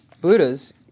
Buddhas